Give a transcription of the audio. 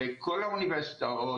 כל האוניברסיטאות,